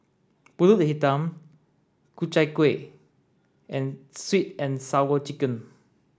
Pulut Hitam Ku Chai Kueh and sweet and sour chicken